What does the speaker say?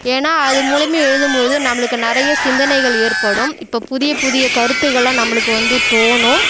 ஏன்னால் அது மூலயமா எழுதும்போது நம்மளுக்கு நிறைய சிந்தனைகள் ஏற்படும் இப்போ புதிய புதிய கருத்துகளெல்லாம் நம்மளுக்கு வந்து தோணும்